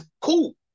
Cool